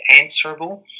answerable